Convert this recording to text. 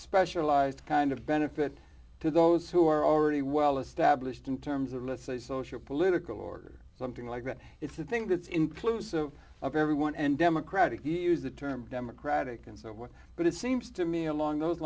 specialized kind of benefit to those who are already well established in terms of let's say social political order something like that it's a thing that's inclusive of everyone and democratic use the term democratic and so what but it seems to me along those